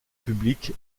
public